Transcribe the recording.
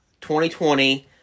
2020